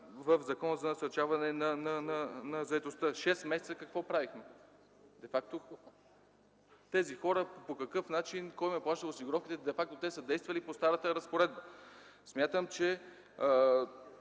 в Закона за насърчаване на заетостта? Шест месеца какво правихме? Де факто тези хора по какъв начин и кой им е плащал осигуровките? Те са действали по старата разпоредба. Още